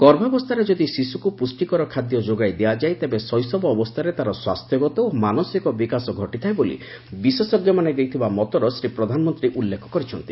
ଗର୍ଭାବସ୍ଥାରେ ଯଦି ଶିଶୁକୁ ପୁଷ୍ଠିକର ଖାଦ୍ୟ ଯୋଗାଇ ଦିଆଯାଏ ତେବେ ଶୈଶବ ଅବସ୍ଥାରେ ତା'ର ସ୍ୱାସ୍ଥ୍ୟଗତ ଓ ମାନସିକ ବିକାଶ ଘଟିଥାଏ ବୋଲି ବିଶେଷଜ୍ଞମାନେ ଦେଇଥିବା ମତର ପ୍ରଧାନମନ୍ତ୍ରୀ ଉଲ୍ଲ୍ଖ କରିଛନ୍ତି